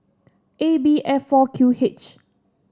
A B F four Q H